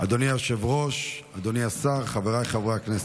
אדוני היושב-ראש, אדוני השר, חבריי חברי הכנסת,